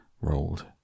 rolled